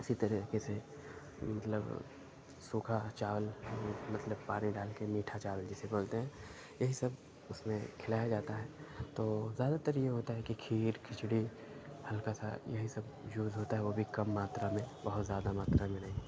اسی طریقے سے مطلب سوکھا چاول مطلب پانی ڈال کے میٹھا چاول جسے بولتے ہیں یہی سب اس میں کھلایا جاتا ہے تو زیادہ تر یہ ہوتا ہے کہ کھیر کھچڑی ہلکا سا یہی سب یوز ہوتا ہے وہ بھی کم ماترا میں بہت زیادہ ماترا میں نہیں